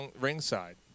ringside